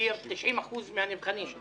והעביר 90% מהנבחנים.